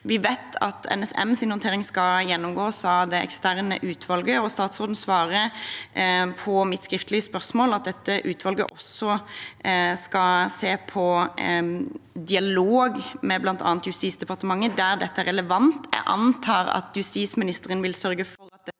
Vi vet at NSMs håndtering skal gjennomgås av det eksterne utvalget. Statsråden svarer på mitt skriftlige spørsmål at dette utvalget også skal se på dialog med bl.a. Justisdepartementet der dette er relevant. Jeg antar at justisministeren vil sørge for at dette